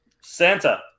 Santa